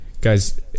Guys